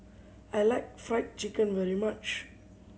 I like Fried Chicken very much